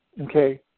okay